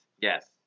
Yes